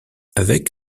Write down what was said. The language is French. avec